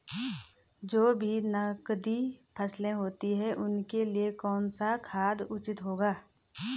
जो भी नकदी फसलें होती हैं उनके लिए कौन सा खाद उचित होगा?